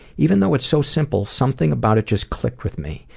even though it's so simple something about it just clicked with me.